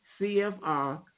CFR